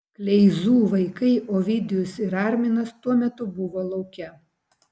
kleizų vaikai ovidijus ir arminas tuo metu buvo lauke